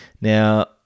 Now